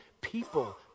people